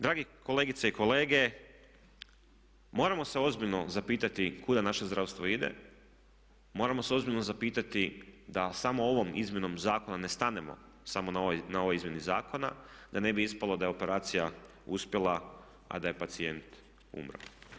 Dragi kolegice i kolege, moramo se ozbiljno zapitati kuda naše zdravstvo ide, moramo se ozbiljno zapitati da samo ovom izmjenom zakona ne stanemo samo na ovoj izmjeni zakona da ne bi ispalo da je operacija uspjela, a da je pacijent umro.